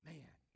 Man